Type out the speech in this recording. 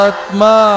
Atma